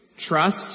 trust